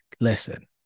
listen